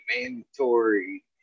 mandatory